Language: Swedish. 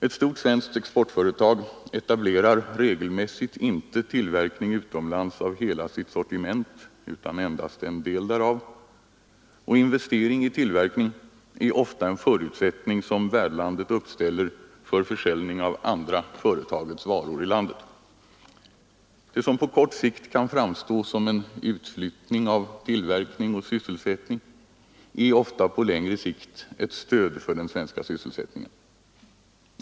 Ett stort svenskt exportföretag etablerar regelmässigt inte tillverkning utomlands av hela sitt sortiment utan endast en del därav, och investering i tillverkning är ofta en förutsättning som värdlandet uppställer för försäljning av andra företagets varor i landet. Det som på kort sikt kan framstå som en utflyttning av tillverkning och sysselsättning är ofta på längre sikt ett stöd för den svenska sysselsättningen.